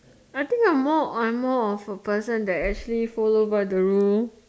I think I'm more on I'm more of a person that actually follow by the rule